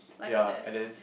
ya and then